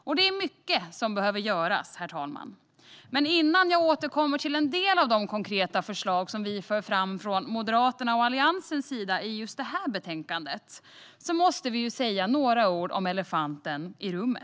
Det är mycket som behöver göras, herr talman, men innan jag återkommer till en del av de konkreta förslag som vi för fram från Moderaternas och Alliansens sida i just det här betänkandet måste jag säga några ord om elefanten i rummet.